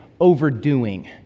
overdoing